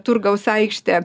turgaus aikštė